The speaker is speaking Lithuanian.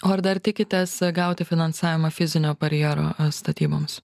o ar dar tikitės gauti finansavimą fizinio barjero statyboms